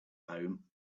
home